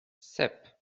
sep